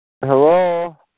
Hello